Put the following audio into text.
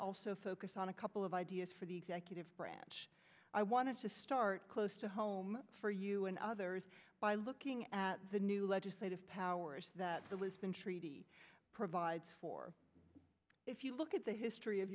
also focus on a couple of ideas for the executive branch i want to start close to home for you and others by looking at the new legislative powers that the lisbon treaty provides for if you look at the history of